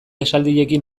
esaldiekin